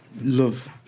love